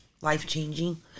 life-changing